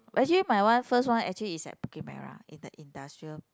actually my one first one actually is at Bukit-Merah in the industrial